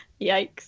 Yikes